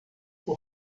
por